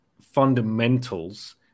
fundamentals